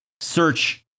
search